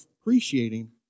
appreciating